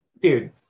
Dude